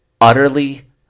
utterly